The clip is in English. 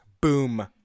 boom